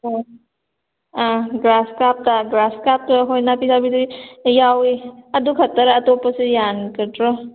ꯍꯣꯏ ꯑꯥ ꯒ꯭ꯔꯥꯁ ꯀꯥꯞꯇ ꯒ꯭ꯔꯥꯁ ꯀꯥꯞꯇꯣ ꯑꯩꯈꯣꯏ ꯅꯥꯄꯤ ꯆꯥꯕꯤꯗꯤ ꯌꯥꯎꯋꯤ ꯑꯗꯨ ꯈꯛꯇꯔꯥ ꯑꯇꯣꯞꯄꯁꯨ ꯌꯥꯟꯒꯗ꯭ꯔꯣ